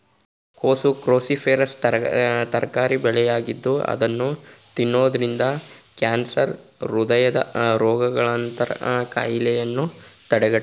ಕೋಸು ಕ್ರೋಸಿಫೆರಸ್ ತರಕಾರಿ ಬೆಳೆಯಾಗಿದ್ದು ಅದನ್ನು ತಿನ್ನೋದ್ರಿಂದ ಕ್ಯಾನ್ಸರ್, ಹೃದಯ ರೋಗದಂತಹ ಕಾಯಿಲೆಗಳನ್ನು ತಡೆಗಟ್ಟುತ್ತದೆ